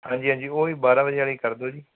ਹਾਂਜੀ ਹਾਂਜੀ ਉਹੀ ਬਾਰ੍ਹਾਂ ਵਜੇ ਵਾਲੀ ਕਰ ਦਿਓ ਜੀ